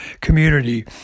community